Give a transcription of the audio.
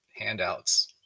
handouts